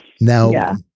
Now